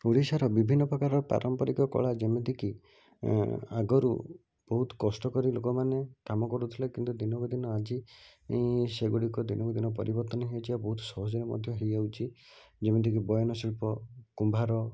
ଓଡ଼ିଶାର ବିଭିନ୍ନ ପ୍ରକାରର ପାରମ୍ପାରିକ କଳା ଯେମିତିକି ଆଗରୁ ବହୁତ କଷ୍ଟ କରି ଲୋକମାନେ କାମ କରୁଥିଲେ କିନ୍ତୁ ଦିନକୁ ଦିନ ଆଜି ସେଗୁଡ଼ିକ ଦିନକୁ ଦିନ ପରିବର୍ତ୍ତନ ହୋଇଛି ଆଉ ବହୁତ ସହଜରେ ମଧ୍ୟ ହୋଇଯାଉଛି ଯେମିତିକି ବୟନଶିଳ୍ପ କୁମ୍ଭାର